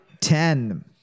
ten